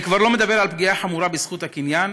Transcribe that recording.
אני כבר לא מדבר על פגיעה חמורה בזכות הקניין,